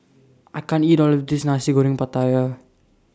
I can't eat All of This Nasi Goreng Pattaya